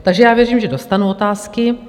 Takže já věřím, že dostanu otázky.